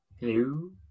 Hello